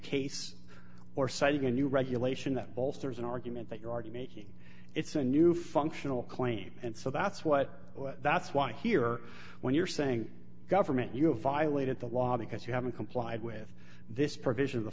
case or cite you can new regulation that bolsters an argument that you're already making it's a new functional claim and so that's what that's why here when you're saying government you violated the law because you haven't complied with this provision of the